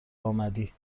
آمدی